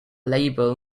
label